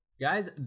guys